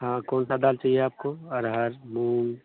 हाँ कौनसी दाल चाहिए आपको अरहर मूंग